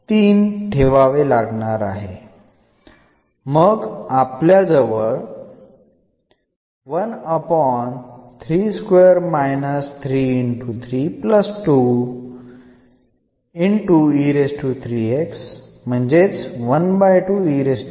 ഇവിടെ എന്നതിൽ യ്ക്ക് പകരം 3 മാറ്റി നൽകുന്നു